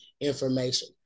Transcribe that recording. information